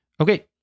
Okay